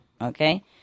Okay